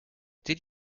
did